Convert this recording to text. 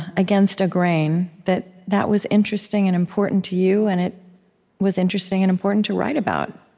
against a grain, that that was interesting and important to you, and it was interesting and important to write about,